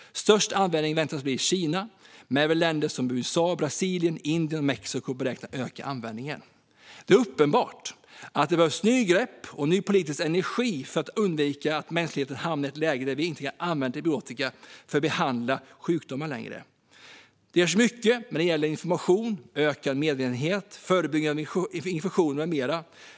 Störst ökning väntas det bli i Kina, men även i länder som USA, Brasilien, Indien och Mexiko beräknas användningen öka. Det är uppenbart att det behövs nya grepp och ny politisk energi för att undvika att mänskligheten hamnar i ett läge där vi inte längre kan använda antibiotika för att behandla sjukdomar. Det görs mycket när det gäller information, ökad medvetenhet, förebyggande av infektioner med mera.